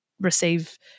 receive